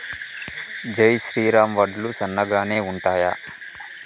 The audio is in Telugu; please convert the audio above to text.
జై శ్రీరామ్ వడ్లు సన్నగనె ఉంటయా?